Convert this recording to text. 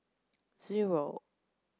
zero